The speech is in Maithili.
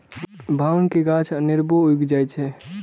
भांग के गाछ अनेरबो उगि जाइ छै